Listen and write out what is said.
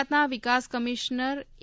ગુજરાતના વિકાસ કમિશ્નર એ